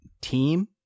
team